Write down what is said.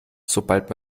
sobald